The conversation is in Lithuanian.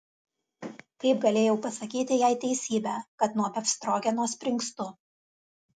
kaip galėjau pasakyti jai teisybę kad nuo befstrogeno springstu